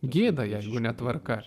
gėda jeigu netvarka